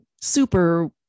super